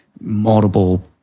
multiple